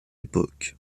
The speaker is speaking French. époque